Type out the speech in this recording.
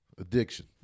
Addiction